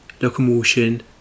locomotion